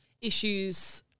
issues –